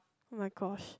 oh-my-gosh